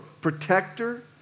protector